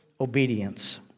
obedience